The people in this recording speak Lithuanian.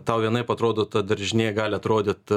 tau vienaip atrodo ta daržinė gali atrodyt